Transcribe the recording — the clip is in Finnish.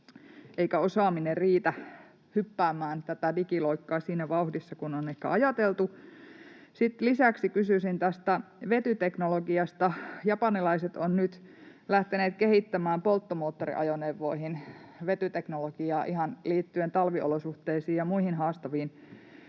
ei osaaminen riitä hyppäämään tätä digiloikkaa siinä vauhdissa kuin on ehkä ajateltu? Sitten lisäksi kysyisin vetyteknologiasta: Japanilaiset ovat nyt lähteneet kehittämään polttomoottoriajoneuvoihin vetyteknologiaa ihan liittyen talviolosuhteisiin ja muihin haastaviin